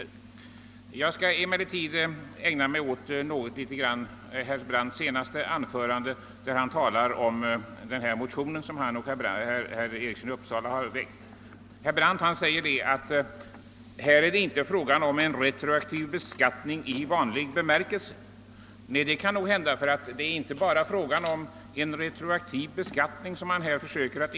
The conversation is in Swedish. Jag skall emellertid något litet ägna mig åt senare delen i herr Brandts anförande, i vilket han talar om den motion han och herr Einar Eriksson har väckt. Herr Brandt säger att det här inte är fråga om en retroaktiv beskattning i vanlig bemärkelse. Nej, det kan nog hända, ty det är inte endast en retroaktiv beskattning man försöker införa.